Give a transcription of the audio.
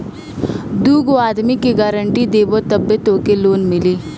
दूगो आदमी के गारंटी देबअ तबे तोहके लोन मिली